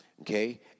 okay